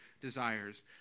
desires